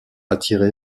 attirée